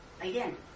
again